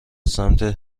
سمت